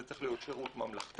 זה צריך להיות שירות ממלכתי.